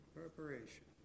preparation